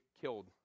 killed